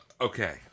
Okay